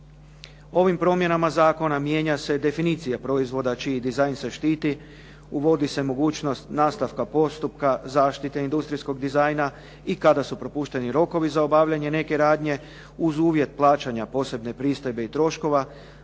Ovim promjenama zakona mijenja se definicija proizvoda čiji dizajn se štiti uvodi se mogućnost nastavka postupka, zaštite industrijskog dizajna i kada su propušteni rokovi za obavljanje neke radnje uz uvjet plaćanja posebne pristojbe i troškova.